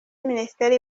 minisiteri